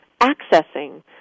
accessing